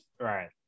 Right